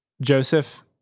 Joseph